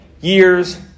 years